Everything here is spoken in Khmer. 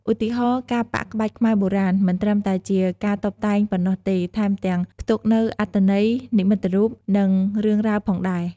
ឧទាហរណ៍ ការប៉ាក់ក្បាច់ខ្មែរបុរាណ មិនត្រឹមតែជាការតុបតែងប៉ុណ្ណោះទេ ថែមទាំងផ្ទុកនូវអត្ថន័យនិមិត្តរូប និងរឿងរ៉ាវផងដែរ។